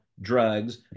drugs